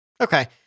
Okay